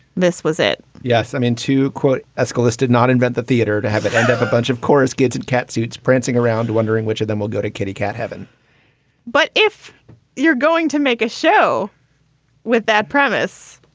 this was it yes. i mean, to quote ezekial, this did not invent the theater to have it end up a bunch of chorus kids in cat suits prancing around wondering which of them will go to kitty cat heaven but if you're going to make a show with that premise,